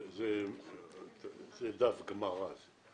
זה דף גמרא.